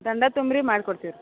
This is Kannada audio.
ದಂಡ ತುಂಬ್ರಿ ಮಾಡ್ಕೊಡ್ತೀವಿ ರೀ